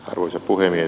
arvoisa puhemies